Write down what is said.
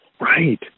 Right